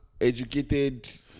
educated